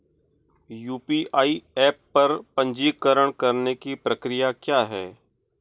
UPI app पर पंजीकरण करने की प्रक्रिया क्या है?